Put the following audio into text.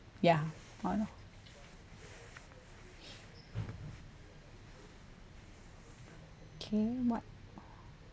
ya uh okay mark